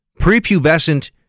prepubescent